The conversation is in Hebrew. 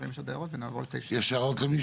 נראה אם יש עוד הערות ונעבור לסעיף 2. יש הערות למישהו?